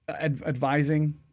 advising